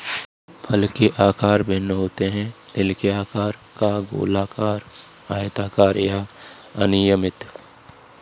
फल आकार में भिन्न होते हैं, दिल के आकार का, गोलाकार, आयताकार या अनियमित